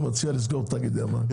הוא מציע לסגור את תאגידי המים,